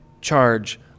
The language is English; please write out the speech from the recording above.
charge